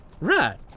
Right